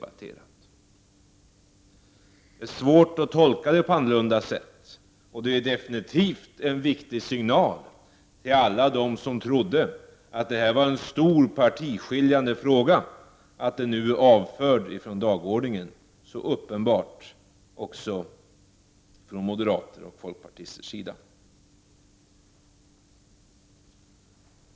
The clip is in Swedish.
Det är svårt att tolka reaktionerna på annat sätt. Det är definitivt en viktig signal till alla dem som trodde att det här var en stor partiskiljande fråga. Den tycks alltså nu vara avförd från dagordningen, uppenbarligen också av moderater och folkpartister.